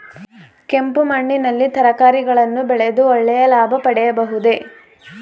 ಕೆಂಪು ಮಣ್ಣಿನಲ್ಲಿ ತರಕಾರಿಗಳನ್ನು ಬೆಳೆದು ಒಳ್ಳೆಯ ಲಾಭ ಪಡೆಯಬಹುದೇ?